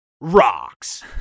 Rocks